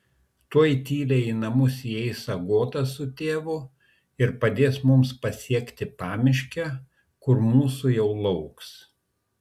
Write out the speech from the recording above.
tuoj tyliai į namus įeis agota su tėvu ir padės mums pasiekti pamiškę kur mūsų jau lauks